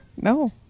no